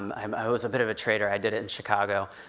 um i was a bit of a traitor, i did it in chicago,